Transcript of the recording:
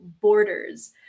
borders